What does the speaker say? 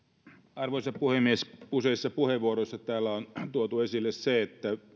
arvoisa puhemies useissa puheenvuoroissa täällä on tuotu esille se että